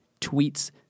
tweets